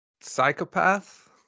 psychopath